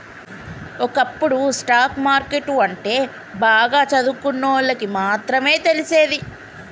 ఒకప్పుడు stock market అంటే బాగా చదువుకున్నోళ్ళకి మాత్రమే తెలిసేది